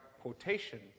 quotation